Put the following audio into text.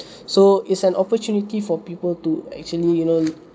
so it's an opportunity for people to actually you know